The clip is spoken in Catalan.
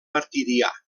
martirià